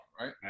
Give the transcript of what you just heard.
right